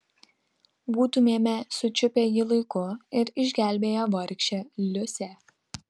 būtumėme sučiupę jį laiku ir išgelbėję vargšę liusę